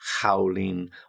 howling